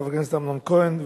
חבר הכנסת אמנון כהן,